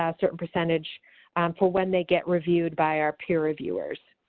yeah certain percentage for when they get reviewed by our peer reviewers.